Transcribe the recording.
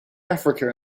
africa